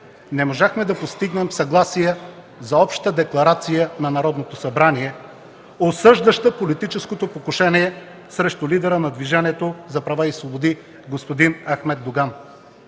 не можахме да постигнем съгласие за обща декларация на Народното събрание, осъждаща политическото покушение срещу лидера на Движението за права и свободи господин Ахмед Доган.